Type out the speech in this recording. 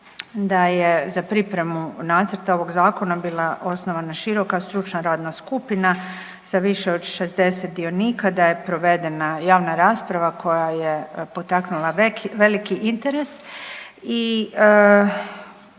da je za pripremu nacrta ovog Zakona bila osnovana široka stručna radna skupina sa više od 60 dionika, da je provedena javna rasprava koja je potaknula veliki interes